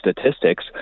statistics